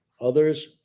Others